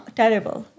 terrible